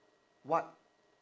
what